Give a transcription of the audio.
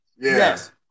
Yes